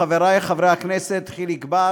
חברי חברי הכנסת חיליק בר,